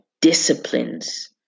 disciplines